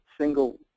single